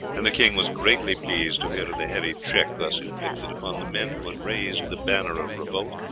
and the king was greatly pleased to hear of the heavy check thus inflicted upon the men who had raised the banner of revolt,